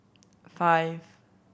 five